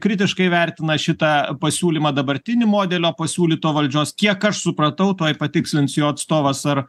kritiškai vertina šitą pasiūlymą dabartinį modelio pasiūlyto valdžios kiek aš supratau tuoj patikslins jo atstovas ar